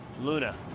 Luna